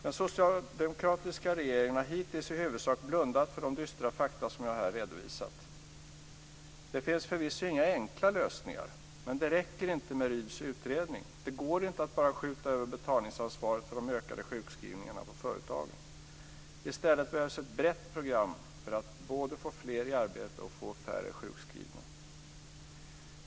Den socialdemokratiska regeringen har hittills i huvudsak blundat för de dystra fakta som jag här har redovisat. Det finns förvisso inga enkla lösningar, men det räcker inte med Rydhs utredning. Det går inte att bara skjuta över betalningsansvaret för de ökade sjukskrivningarna på företagen. I stället behövs det ett brett program för att både få fler i arbete och få färre sjukskrivna.